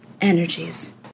energies